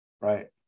Right